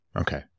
Okay